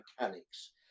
mechanics